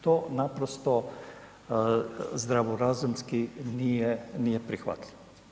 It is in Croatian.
To naprosto zdravorazumski nije prihvatljivo.